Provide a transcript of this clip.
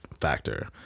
factor